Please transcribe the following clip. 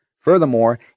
Furthermore